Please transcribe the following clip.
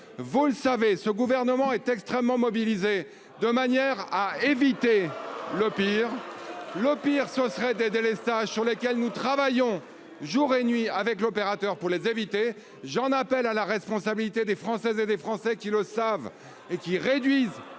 vous le savez ce gouvernement est extrêmement mobilisés de manière à éviter le pire, le pire, ce serait des délestages sur lesquels nous travaillons jour et nuit avec l'opérateur pour les éviter. J'en appelle à la responsabilité des Françaises et des Français qui le savent et qui réduisent